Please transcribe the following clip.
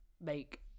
make